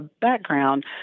background